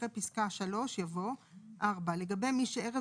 אחרי פסקה (3) יבוא: "(4) לגבי מי שערב